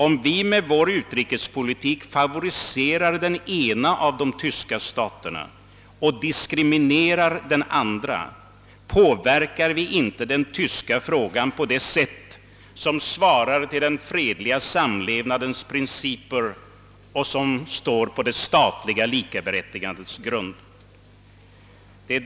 Om vi med vår utrikespolitik favoriserar den ena av de tyska staterna och diskriminerar den andra, påverkar vi inte den tyska frågan på ett sätt som svarar mot den fredliga sam levnadens principer och står inte på det statliga likaberättigandets grund.